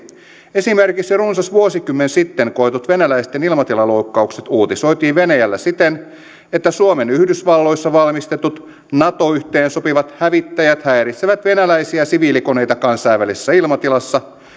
esimerkiksi runsas vuosikymmen sitten koetut venäläisten ilmatilaloukkaukset uutisoitiin venäjällä siten että suomen yhdysvalloissa valmistetut nato yhteensopivat hävittäjät häiritsevät venäläisiä siviilikoneita kansainvälisessä ilmatilassa